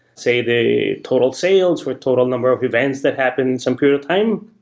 say, the total sales with total number of events that happened some period of time.